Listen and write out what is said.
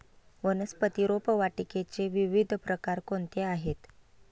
वनस्पती रोपवाटिकेचे विविध प्रकार कोणते आहेत?